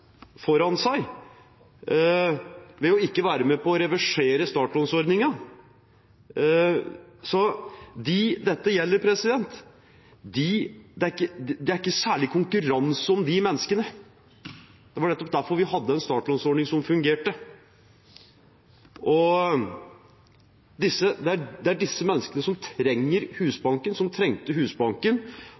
foran seg ved ikke å være med på å reversere startlånsordningen. De menneskene som dette gjelder, er det ikke noe særlig konkurranse om. Det var nettopp derfor vi hadde en startlånsordning som fungerte. Det er disse menneskene som trenger Husbanken, og som trengte Husbanken